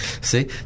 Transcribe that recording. See